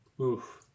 Oof